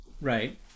Right